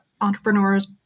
entrepreneurs